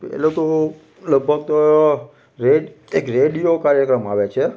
પહેલે તો લગભગ તો એક રેડિયો કાર્યક્રમ આવે છે